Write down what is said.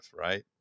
right